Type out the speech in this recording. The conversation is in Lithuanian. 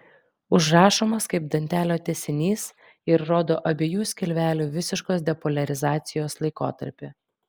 užrašomas kaip dantelio tęsinys ir rodo abiejų skilvelių visiškos depoliarizacijos laikotarpį